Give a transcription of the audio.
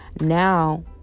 now